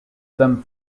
them